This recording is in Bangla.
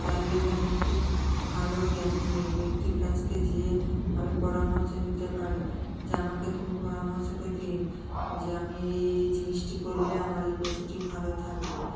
তার লিগে আমি একটি ভালো জ্ঞানী ব্যক্তির কাছে যেয়ে আমি পরামর্শ নিতে পারি যে আমাকে তুমি পরামর্শটা দিন যে আমি এই এই জিনিসটি করলে আমার এই পশুটি ভালো থাকবে